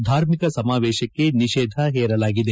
ಧಾರ್ಮಿಕ ಸಮಾವೇಶಕ್ಕೆ ನಿಷೇಧ ಪೇರಲಾಗಿದೆ